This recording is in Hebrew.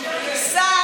אני סומך עליו,